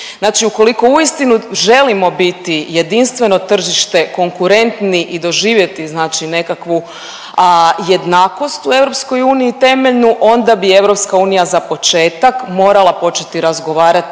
Znači ukoliko uistinu želimo biti jedinstveno tržište, konkurentni i doživjeti znači nekakvu jednakost u EU temeljnu, onda bi EU za početak morala početi razgovarati